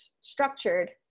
structured